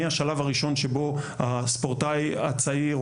מהשלב הראשון שבו הספורטאי הצעיר,